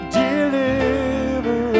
deliver